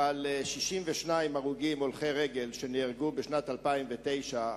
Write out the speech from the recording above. אבל 62 הולכי רגל שנהרגו בשנת 2009,